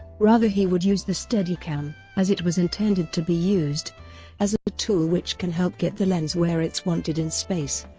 rather he would use the steadicam as it was intended to be used as a tool which can help get the lens where it's wanted in space